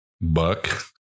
buck